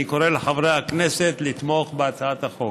אני קורא לחברי הכנסת לתמוך בהצעת החוק.